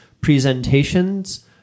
presentations